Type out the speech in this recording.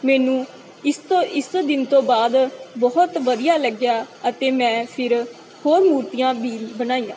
ਮੈਨੂੰ ਇਸ ਤੋਂ ਇਸ ਦਿਨ ਤੋਂ ਬਾਅਦ ਬਹੁਤ ਵਧੀਆ ਲੱਗਿਆ ਅਤੇ ਮੈਂ ਫਿਰ ਹੋਰ ਮੂਰਤੀਆਂ ਵੀ ਬਣਾਈਆਂ